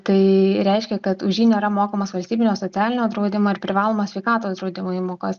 tai reiškia kad už jį nėra mokamos valstybinio socialinio draudimo ir privalomo sveikatos draudimo įmokos